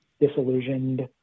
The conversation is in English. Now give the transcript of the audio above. disillusioned